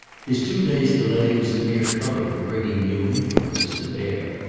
his two-days' delay was a mere cover for bringing new influences to bear.